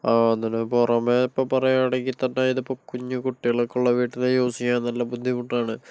ആ അതിന് പുറമേ ഇപ്പോൾ പറയാണെങ്കിൽ തന്നെ കുഞ്ഞുകുട്ടികൾ ഒക്കെയുള്ള വീട്ടില് യൂസ്ഡ് ചെയ്യാൻ നല്ല ബുദ്ധിമുട്ടാണ്